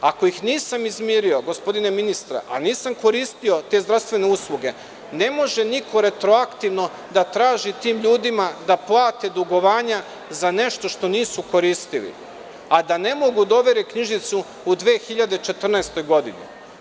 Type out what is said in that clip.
Ako ih nisam izmirio, gospodine ministre, a nisam koristio te zdravstvene usluge, ne može niko retroaktivno da traži tim ljudima da plate dugovanja za nešto što nisu koristili, a da ne mogu da overe knjižicu u 2014. godini.